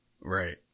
right